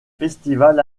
festivals